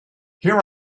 here